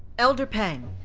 elder peng,